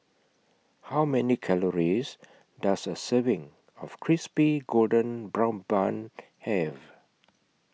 How Many Calories Does A Serving of Crispy Golden Brown Bun Have